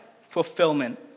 fulfillment